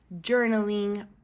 journaling